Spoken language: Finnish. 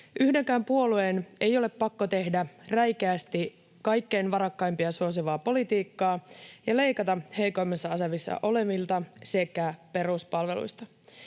Yhdenkään puolueen ei ole pakko tehdä räikeästi kaikkein varakkaimpia suosivaa politiikkaa ja leikata heikoimmassa asemassa olevilta sekä peruspalveluista.